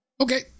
Okay